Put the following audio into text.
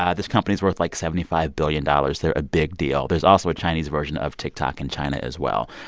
ah this company's worth, like, seventy five billion dollars. they're a big deal. there's also a chinese version of tiktok in china, as well.